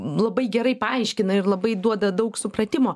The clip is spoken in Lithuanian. labai gerai paaiškina ir labai duoda daug supratimo